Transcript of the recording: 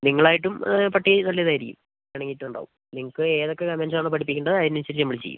നിങ്ങളായിട്ടും പട്ടി നല്ല ഇതായിരിക്കും ഇണങ്ങിയിട്ടുണ്ടാവും നിങ്ങൾക്ക് ഏതൊക്കെ കമാൻഡ്സ് ആണോ പഠിപ്പിക്കേണ്ടത് അതിനനുസരിച്ച് നമ്മൾ ചെയ്യും